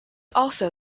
also